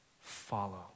follow